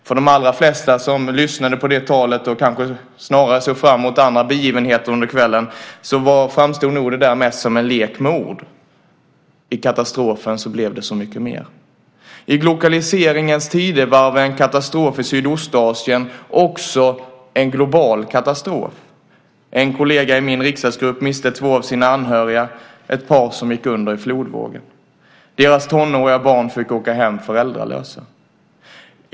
För de allra flesta som lyssnade på det talet och kanske snarare såg fram emot andra begivenheter under kvällen framstod det där nog mest som en lek med ord. I katastrofen blev det så mycket mer. I glokaliseringens tidevarv är en katastrof i Sydostasien också en global katastrof. En kollega i min riksdagsgrupp miste två av sina anhöriga, ett par som gick under i flodvågen. Deras tonåriga barn fick åka hem föräldralösa.